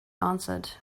answered